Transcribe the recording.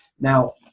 Now